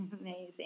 Amazing